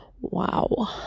wow